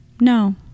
no